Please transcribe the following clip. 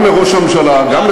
גם לראש הממשלה,